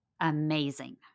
amazing